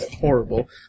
horrible